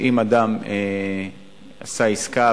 שאם אדם עשה עסקה,